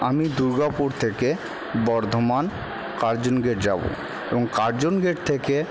আমি দুর্গাপুর থেকে Bardhaman Curzon Gate যাবো এবং কার্জন গেট থেকে